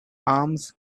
arms